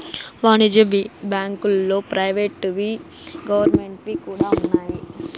వాణిజ్య బ్యాంకుల్లో ప్రైవేట్ వి గవర్నమెంట్ వి కూడా ఉన్నాయి